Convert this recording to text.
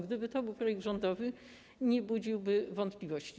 Gdyby to był projekt rządowy, nie budziłby wątpliwości.